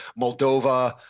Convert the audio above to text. Moldova